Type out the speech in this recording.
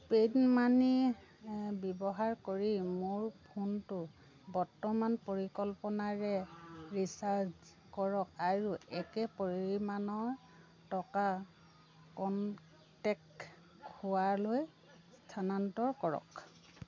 PayU money ব্যৱহাৰ কৰি মোৰ ফোনটো বৰ্তমান পৰিকল্পনাৰে ৰিচাৰ্জ কৰক আৰু একে পৰিমাণৰ টকা কনটেক্ট খোৱালৈ স্থানান্তৰ কৰক